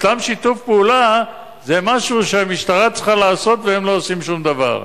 אצלם שיתוף פעולה זה משהו שהמשטרה צריכה לעשות והם לא עושים שום דבר.